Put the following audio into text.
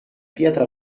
pietra